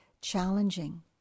challenging